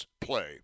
play